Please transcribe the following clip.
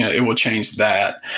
it will change that.